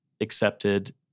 accepted